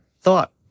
thought